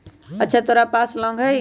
अच्छा तोरा पास लौंग हई?